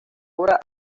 obra